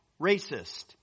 racist